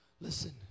Listen